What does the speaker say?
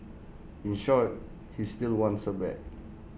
in short he still wants her back